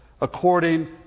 according